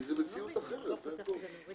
כי זה מציאות אחרת, זה הכול.